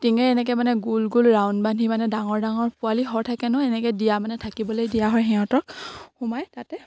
টিঙে এনেকে মানে গোল গোল ৰাউণ্ড বান্ধি মানে ডাঙৰ ডাঙৰ পোৱালি ঘৰ থাকে ন এনেকে দিয়া মানে থাকিবলে দিয়া হয় সিহঁতক সোমাই তাতে